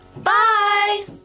Bye